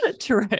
True